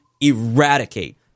eradicate